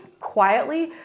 quietly